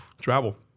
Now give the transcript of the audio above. Travel